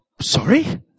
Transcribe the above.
Sorry